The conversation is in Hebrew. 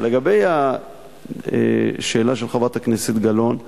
לגבי השאלה של חברת הכנסת גלאון,